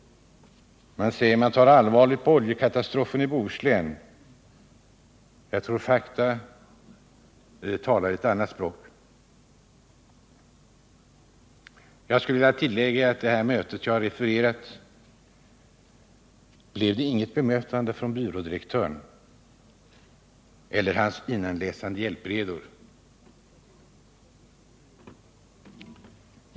Man säger att man tar allvarligt på oljekatastrofen i Bohuslän. Jag tror att fakta talar ett annat språk. Jag skulle vilja tillägga att vid det möte jag refererat kom inget bemötande från byrådirektören eller hans innanläsande hjälpredor.